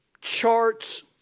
charts